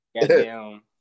Goddamn